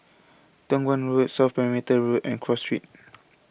Toh Guan Road South Perimeter Road and Cross Street